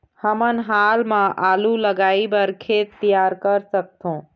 हमन हाल मा आलू लगाइ बर खेत तियार कर सकथों?